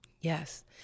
Yes